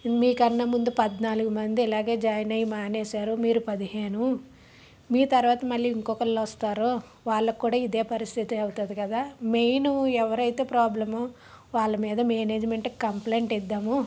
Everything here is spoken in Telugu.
మీకన్నా ముందు పద్నాలుగు మంది ఇలాగే జాయిన్ అయి మానేసారు మీరు పదిహేను మీ తరువాత మళ్ళీ ఇంకొకళ్ళు వస్తారు వాళ్ళకు కూడా ఇదే పరిస్థితి అవుతుంది కదా మెయిన్ ఎవరైతే ప్రాబ్లమో వాళ్ళ మీద మేనేజ్మెంట్కి కంప్లైంట్ ఇద్దాము